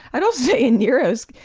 i don't say in nero's,